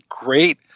great